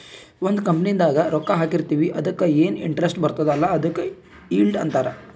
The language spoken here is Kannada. ಒಂದ್ ಕಂಪನಿದಾಗ್ ರೊಕ್ಕಾ ಹಾಕಿರ್ತಿವ್ ಅದುಕ್ಕ ಎನ್ ಇಂಟ್ರೆಸ್ಟ್ ಬರ್ತುದ್ ಅಲ್ಲಾ ಅದುಕ್ ಈಲ್ಡ್ ಅಂತಾರ್